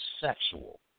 sexual